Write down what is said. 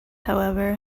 however